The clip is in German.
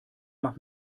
mach